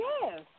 Yes